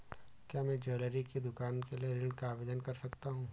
क्या मैं ज्वैलरी की दुकान के लिए ऋण का आवेदन कर सकता हूँ?